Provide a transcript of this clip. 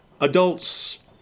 adults